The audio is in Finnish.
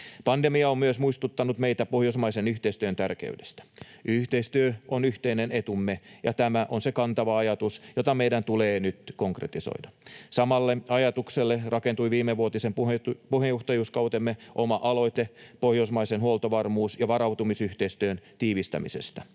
Pandemia on myös muistuttanut meitä pohjoismaisen yhteistyön tärkeydestä. Yhteistyö on yhteinen etumme, ja tämä on se kantava ajatus, jota meidän tulee nyt konkretisoida. Samalle ajatukselle rakentui viimevuotisen puheenjohtajuuskautemme oma aloite pohjoismaisen huoltovarmuus- ja varautumisyhteistyön tiivistämisestä.